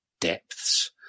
depths